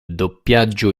doppiaggio